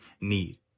need